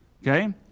Okay